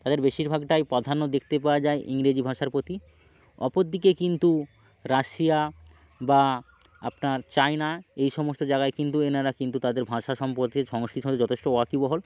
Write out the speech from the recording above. তাদের বেশিরভাগটাই প্রাধান্য দেখতে পাওয়া যায় ইংরেজি ভাষার প্রতি অপর দিকে কিন্তু রাশিয়া বা আপনার চাইনা এই সমস্ত জাগায় কিন্তু এনারা কিন্তু তাদের ভাষা সম্পর্কে সংস্কৃতি সঙ্গে যথেষ্ট ওয়াকিবহল